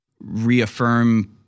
reaffirm